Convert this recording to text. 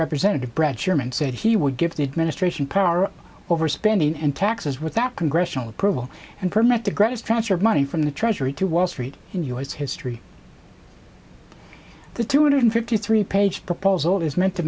representative brad sherman said he would give the administration power over spending and taxes without congressional approval and permit the greatest transfer of money from the treasury to wall street in u s history the two hundred fifty three page proposal is meant to